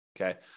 Okay